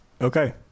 Okay